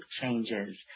changes